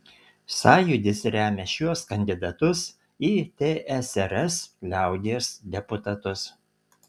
sąjūdis remia šiuos kandidatus į tsrs liaudies deputatus